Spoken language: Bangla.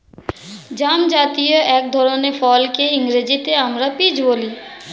জামজাতীয় এক ধরনের ফলকে ইংরেজিতে আমরা পিচ বলি